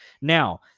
Now